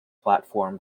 platform